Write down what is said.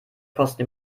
kosten